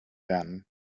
werden